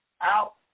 out